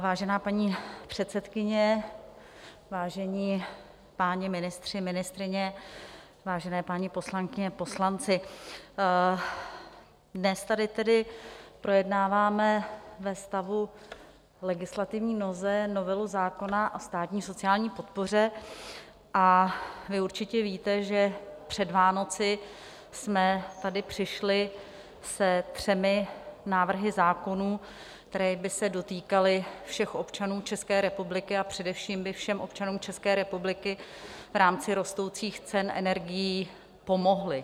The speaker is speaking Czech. Vážená paní předsedkyně, vážení páni ministři, ministryně, vážené paní poslankyně, poslanci, dnes tady tedy projednáváme ve stavu legislativní nouze novelu zákona o státní sociální podpoře a vy určitě víte, že před Vánoci jsme tady přišli se třemi návrhy zákonů, které by se dotýkaly všech občanů České republiky, a především by všem občanům České republiky v rámci rostoucích cen energií pomohly.